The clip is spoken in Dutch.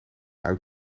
uit